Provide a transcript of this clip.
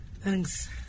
Thanks